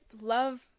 love